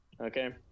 okay